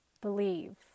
believe